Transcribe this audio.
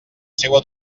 seua